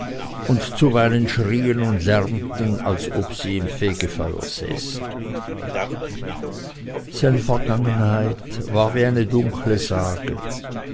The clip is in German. und zuweilen schrien und lärmten als ob sie im fegefeuer säßen seine vergangenheit war wie eine dunkle sage